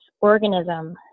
organism